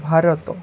Bharat